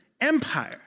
Empire